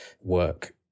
work